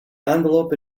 envelope